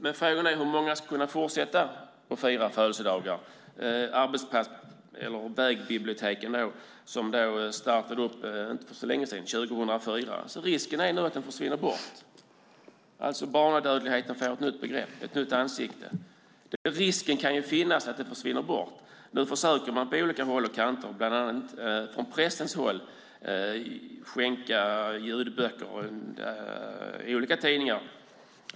Men frågan är hur många som ska kunna fortsätta att fira födelsedagar om vägbiblioteken som startade för inte så länge sedan, 2004, försvinner. Risken är nu att de försvinner. Barnadödligheten får alltså ett nytt begrepp, ett nytt ansikte. Nu försöker man på olika håll och kanter, bland annat från pressens håll, skänka ljudböcker och olika tidningar.